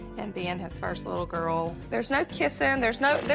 and being his first little girl. there's no kissin', there's no they